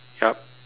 yup